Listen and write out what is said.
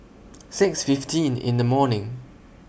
six fifteen in The morning